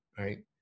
Right